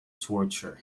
torture